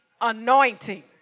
anointing